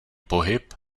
pohyb